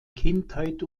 kindheit